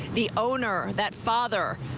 the owner, that father,